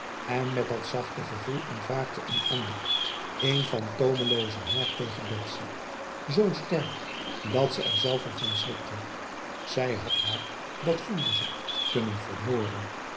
en met dat zachter gevoel ontwaakte een ander een van tomeloze haat tegen betsy z sterk dat ze er zelve van schrikte zij had haar dat voelde ze kunnen vermoorden